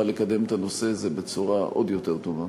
לקדם את הנושא הזה בצורה עוד יותר טובה.